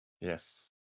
Yes